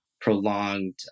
prolonged